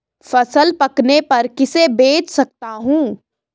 फसल पकने पर किसे बेच सकता हूँ?